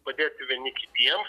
padėti vieni kitiems